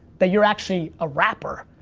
that you're actually a rapper,